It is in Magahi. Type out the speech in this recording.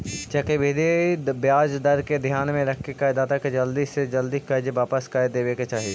चक्रवृद्धि ब्याज दर के ध्यान में रखके करदाता के जल्दी से जल्दी कर्ज वापस कर देवे के चाही